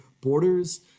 borders